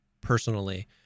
personally